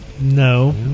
No